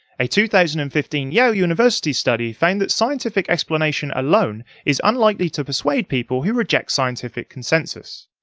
a two thousand and fifteen yale university study found that scientific explanation alone is unlikely to persuade people who reject scientific consensus.